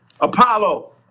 Apollo